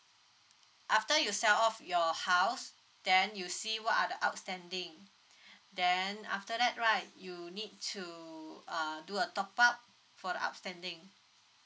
after you sell off your house then you see what are the outstanding then after that right you need to uh do a top up for the outstanding